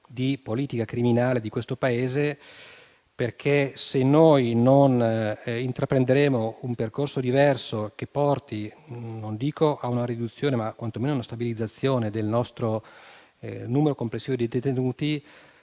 di politica criminale di questo Paese. Infatti, se non intraprenderemo un percorso diverso, che porti non dico a una riduzione, ma quanto meno a una stabilizzazione del numero complessivo di detenuti,